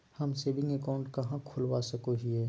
हम saving account कहाँ खोलवा सको हियै?